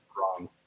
wrong